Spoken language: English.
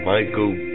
Michael